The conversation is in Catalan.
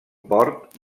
port